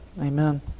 Amen